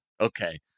okay